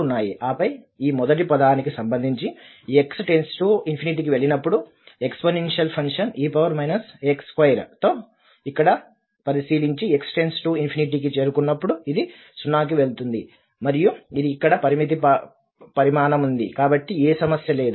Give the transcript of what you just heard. ఆపై ఈ మొదటి పదానికి సంబంధించి x కి వెళ్ళినప్పుడు ఎక్స్పోనెన్షియల్ ఫంక్షన్ e ax2 తో ఇక్కడ పరిశీలించి x కి చేరుకున్నప్పుడు ఇది 0 కి వెళ్తుంది మరియు ఇది ఇక్కడ పరిమిత పరిమాణం ఉంది కాబట్టి ఏ సమస్య లేదు